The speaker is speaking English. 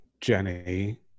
Jenny